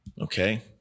okay